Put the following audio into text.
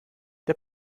der